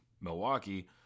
Milwaukee